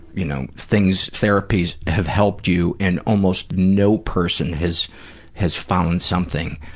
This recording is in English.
you know, things, therapies have helped you, and almost no person has has found something.